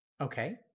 Okay